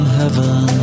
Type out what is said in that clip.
heaven